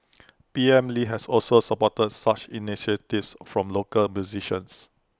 P M lee had also supported such initiatives from local musicians